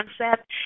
concept